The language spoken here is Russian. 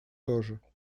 тоже